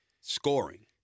scoring